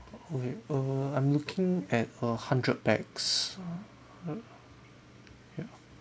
okay err I'm looking at a hundred pax ya